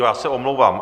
Já se omlouvám.